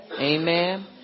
Amen